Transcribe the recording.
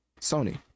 Sony